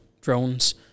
drones